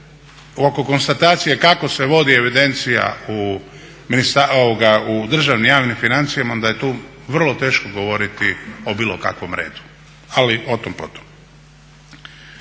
oko konstatacije kako se vodi evidencija u državnim javnim financijama onda je tu vrlo teško govoriti o bilo kakvom redu. Ali otom, potom.